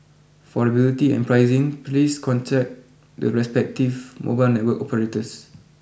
for availability and pricing please contact the respective mobile network operators